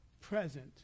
present